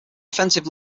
offensive